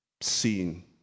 seen